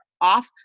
off